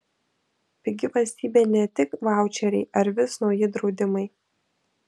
pigi valstybė ne tik vaučeriai ar vis nauji draudimai